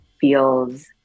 feels